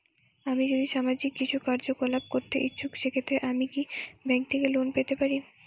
আমি যদি সামাজিক কিছু কার্যকলাপ করতে ইচ্ছুক সেক্ষেত্রে আমি কি ব্যাংক থেকে লোন পেতে পারি?